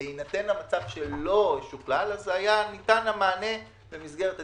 בהינתן מצב שלא שוקלל, ניתן מענה במסגרת התיקון,